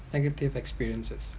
negative experiences